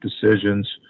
decisions